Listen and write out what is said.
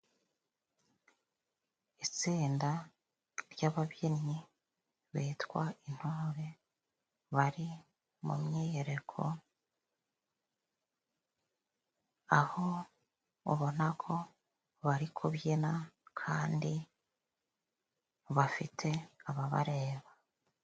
Itsinda ry'ababyinnyi bitwa intore, bari mu myiyereko Aho ubonako bari kubyina kandi bafite ababareba.